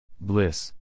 Bliss